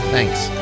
Thanks